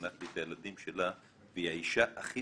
חינכתי את הילדים שלה והיא האישה הכי